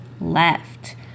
left